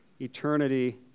eternity